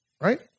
right